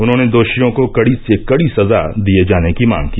उन्होंने दोषियों को कड़ी से कड़ी सजा दिए जाने की मांग की